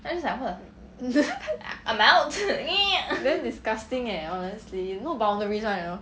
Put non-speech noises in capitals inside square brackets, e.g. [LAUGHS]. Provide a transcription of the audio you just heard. [LAUGHS] damn disgusting eh honestly no boundaries [one] you know